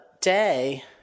day